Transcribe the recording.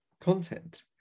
content